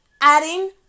adding